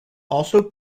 also